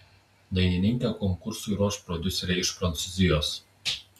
dainininkę konkursui ruoš prodiuseriai iš prancūzijos